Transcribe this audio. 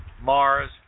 Mars